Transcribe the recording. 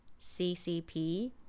CCP